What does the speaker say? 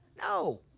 No